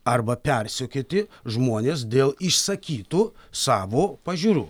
arba persekioti žmones dėl išsakytų savo pažiūrų